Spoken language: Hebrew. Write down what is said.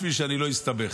בשביל שאני לא יסתבך.